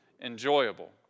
enjoyable